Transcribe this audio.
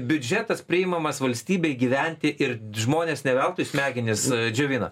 biudžetas priimamas valstybei gyventi ir žmonės ne veltui smegenis džiovina